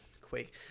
quake